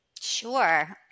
Sure